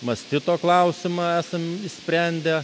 mastito klausimą esam išsprendę